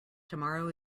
tomorrow